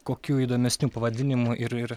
kokiu įdomesnių pavadinimų ir ir